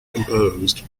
composed